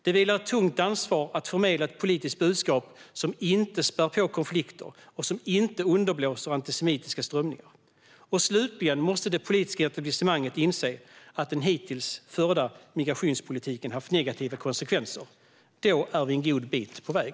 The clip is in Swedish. Det vilar ett tungt ansvar att förmedla ett politiskt budskap som inte spär på konflikter och som inte underblåser antisemitiska strömningar. Slutligen måste det politiska etablissemanget inse att den hittills förda migrationspolitiken har haft negativa konsekvenser. Då är vi en god bit på väg.